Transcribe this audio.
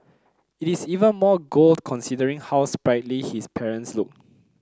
it is even more gold considering how sprightly his parents look